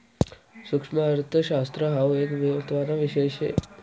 सुक्ष्मअर्थशास्त्र हाउ एक महत्त्वाना विषय शे